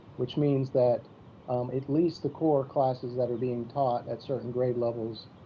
which means that at least the core classes that are being taught at certain grade levels,